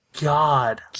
god